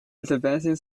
advancing